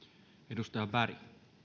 arvoisa